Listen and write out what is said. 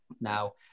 Now